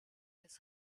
his